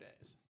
days